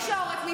זאת התשובה,